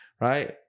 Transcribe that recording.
right